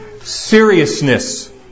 seriousness